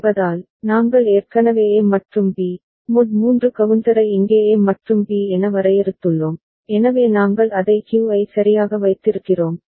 என்பதால் நாங்கள் ஏற்கனவே A மற்றும் B mod 3 கவுண்டரை இங்கே A மற்றும் B என வரையறுத்துள்ளோம் எனவே நாங்கள் அதை Q ஐ சரியாக வைத்திருக்கிறோம்